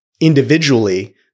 individually